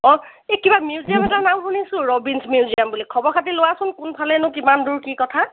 অঁ এই কিবা মিউজিয়াম এটাৰ নাম শুনিছোঁ ৰবিনচ মিউজিয়াম বুলি খবৰ খাতি লোৱাচোন কোনফালেনো কিমান দূৰ কি কথা